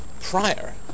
prior